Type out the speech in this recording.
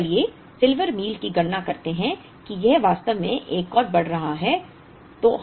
तो चलिए silver mill की गणना करते हैं कि यह वास्तव में एक और बढ़ रहा है